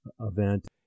event